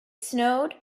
snowed